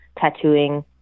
tattooing